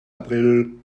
april